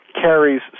carries